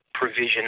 Provision